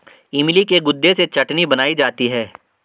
इमली के गुदे से चटनी बनाई जाती है